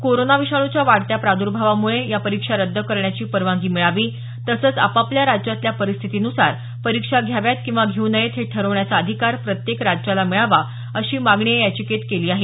corona विषाणूच्या वाढत्या प्रादुर्भावामुळे या परीक्षा रद्द करण्याची परवानगी मिळावी तसंच आपापल्या राज्यातल्या परिस्थितीनुसार परीक्षा घ्याव्यात किंवा घेऊ नयेत हे ठरवण्याचा अधिकार प्रत्येक राज्याला मिळावा अशी मागणी या याचिकेत केली आहे